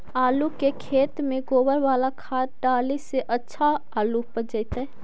आलु के खेत में गोबर बाला खाद डाले से अच्छा आलु उपजतै?